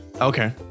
okay